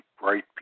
bright